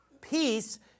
peace